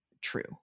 true